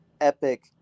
epic